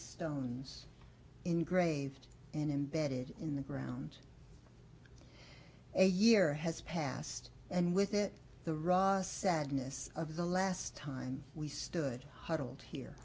stone engraved in imbedded in the ground a year has passed and with it the raw sadness of the last time we stood huddled here